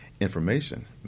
Information